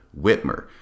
Whitmer